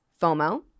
FOMO